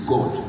God